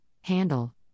handle